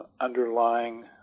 underlying